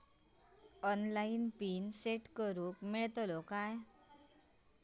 Online pin set करूक मेलतलो काय?